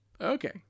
okay